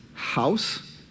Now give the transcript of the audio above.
House